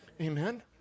Amen